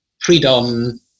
freedom